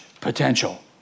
potential